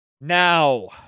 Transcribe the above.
Now